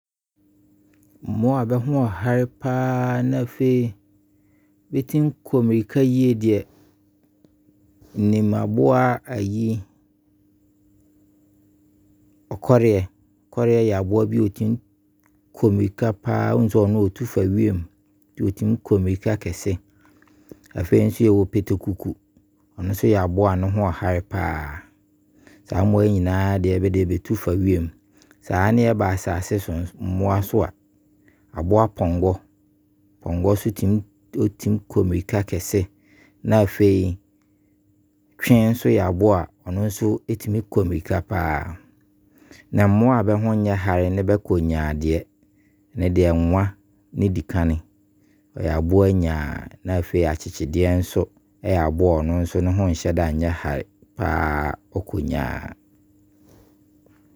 Mmoa a bɛho ɔhare na afei bɛtumi kɔ mmirika yie deɛ, menim aboa ɔkɔdeɛ. Ɔkɔdeɛ yɛ aboa bi a, ɔtumi kɔ mmirika paa. Wahu sɛ ɔno deɛ ɔtumi tu fa wiem nti, ɔtumi kɔ mmirika kese. Afei nso, yɛwɔ Pɛtɛkuku, ɔno nso yɛ aboa a ne ho ɔhare paa. Saa mmoa yi nyinaa deɛ, bɛdeɛ bɛtumi tu fa wiem. Saa ne yɛba asaase so mmoa nso a, aboa Pɔnkɔ, Pɔnkɔ nso tumi kɔ mmirika kese. Na afei, Twee nso yɛ aboa ɔno nso tumi kɔ mmirika paa. Ne mmoa a bɛho nyɛ hare na bɛkɔ nyaa deɛ, ne deɛ Nwa ne di kan, ɛyɛ aboa nyaa. Na afei, Akyekyedeɛ nso yɛ aboa a ɔno nso ne ho nhyɛda nnɛ hare paa. Ɔkɔ nyaa.